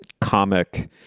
comic